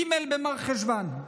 ג' במרחשוון,